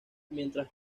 mientras